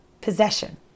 possession